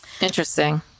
Interesting